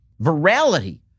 virality